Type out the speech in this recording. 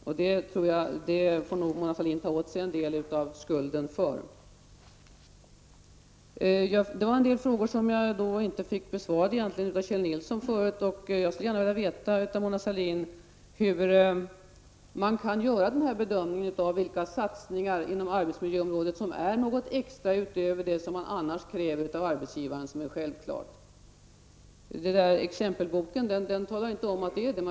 Mona Sahlin får nog ta åt sig en del av skulden för det. En del av mina frågor blev inte besvarade av Kjell Nilsson. Jag skulle vilja veta av Mona Sahlin hur man kan göra bedömningen av vilka satsningar inom arbetsmiljöområdet som går utöver det som alldeles självklart krävs av arbetsgivaren. Exempelboken talar inte om det.